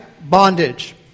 bondage